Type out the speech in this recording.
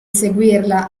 seguirla